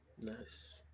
Nice